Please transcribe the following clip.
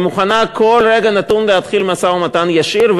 היא מוכנה בכל רגע נתון להתחיל משא-ומתן ישיר,